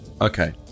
Okay